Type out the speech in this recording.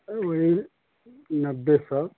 वही नब्बे सौ